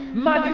my